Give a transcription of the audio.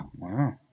Wow